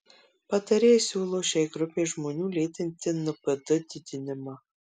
patarėjai siūlo šiai grupei žmonių lėtinti npd didinimą